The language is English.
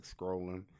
scrolling